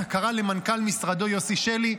קרא למנכ"ל משרדו, יוסי שלי,